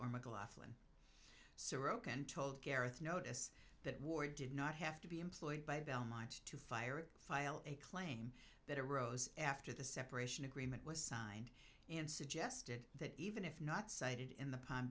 gareth notice that war did not have to be employed by belmont to fire file a claim that arose after the separation agreement was signed and suggested that even if not cited in the palm